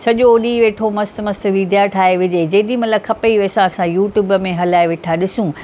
सॼो ॾींहुं वेठो मस्तु मस्तु वीडिया ठाहे विझे जेॾीमहिल खपेई वेसा असां युट्युब में हलाए वेठा ॾिसूं